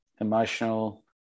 emotional